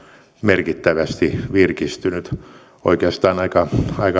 merkittävästi virkistynyt ja oikeastaan aika laajalla alueella